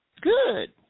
good